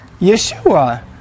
Yeshua